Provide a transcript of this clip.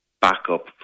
backup